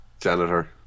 janitor